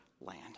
land